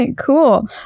Cool